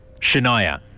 Shania